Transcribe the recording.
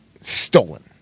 stolen